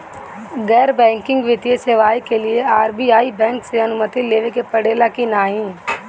गैर बैंकिंग वित्तीय सेवाएं के लिए आर.बी.आई बैंक से अनुमती लेवे के पड़े ला की नाहीं?